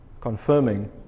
confirming